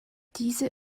diese